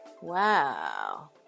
Wow